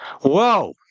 Whoa